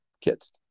kids